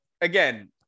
again